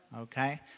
Okay